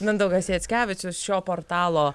mindaugas jackevičius šio portalo